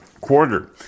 quarter